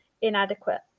inadequate